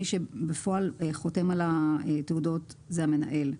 מי שבפועל חותם על התעודות, זה המנהל.